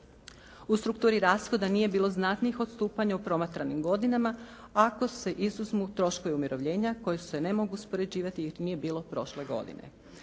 U strukturi rashoda nije bilo znatnih odstupanja u promatranim godinama ako se izuzmu troškovi umirovljenja koji se ne mogu uspoređivati jer nije bilo prošle godine.